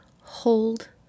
hold